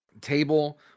table